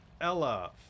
Ella